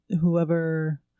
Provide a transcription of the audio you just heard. whoever